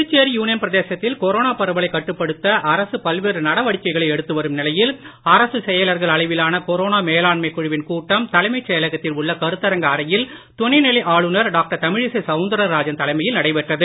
Puducherry union பிரதேசத்தில் corona பரவலை கட்டுப்படுத்த அரசு பல்வேறு நடவடிக்கைகைளை எடுத்து அவரும் நிலையில் அரசு செயலர்கள் அளவிலான கொரோனா மேலாண்மை குழுவின் கூட்டம் தலைமை செயலகத்தில் உள்ள கருத்தரங்க அறையில் துணை நிலை ஆளுனர் டாக்டர் தமிழிசை சவுந்தரராஜன் தலைமையில் நடைபெற்றது